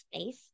space